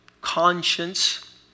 conscience